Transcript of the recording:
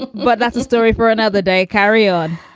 but that's a story for another day. carry on.